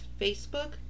Facebook